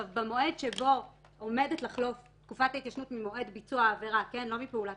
במועד שבו עומדת לחלוף תקופת ההתיישנות ממועד ביצוע העבירה לא מפעולת